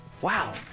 Wow